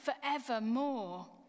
forevermore